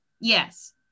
Yes